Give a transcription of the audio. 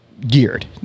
geared